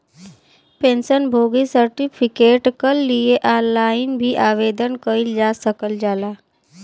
pension भोगी certificate कल लिए ऑनलाइन भी आवेदन कइल जा सकल जाला